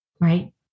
right